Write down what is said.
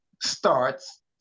starts